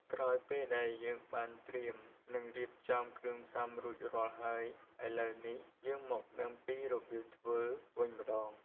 ក្រោយពេលដែលយើងបានត្រៀម និងរៀបចំគ្រឿងផ្សំរួចរាល់ហើយ ឥឡូវនេះយើងមកដឹងពីរបៀបធ្វើវិញម្ដង។